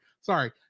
sorry